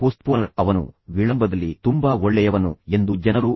ಈಗ ಇದು ಭಾಗಶಃ ನಿಜ ಆದರೆ ಭಾಗಶಃ ಸುಳ್ಳು ಎಂದು ರಸೆಲ್ ಹೇಳುತ್ತಾರೆ